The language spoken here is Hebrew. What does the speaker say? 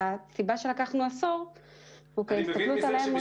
הסיבה שלקחנו עשור היא כי ההסתכלות על ה-MOU היא עשור קדימה.